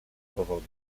powodu